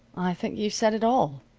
i think you've said it all,